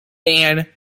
dan